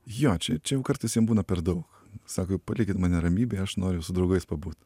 jo čia čia jau kartais jam būna per daug sako palikit mane ramybėje aš noriu su draugais pabūt